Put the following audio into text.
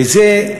וזה: